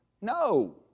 No